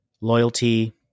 loyalty